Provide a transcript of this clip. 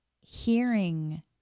hearing